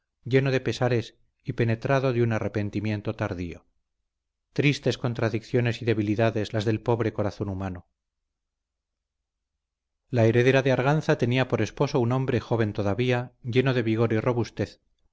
lleno de pesares y penetrado de un arrepentimiento tardío tristes contradicciones y debilidades las del pobre corazón humano la heredera de arganza tenía por esposo un hombre joven todavía lleno de vigor y robustez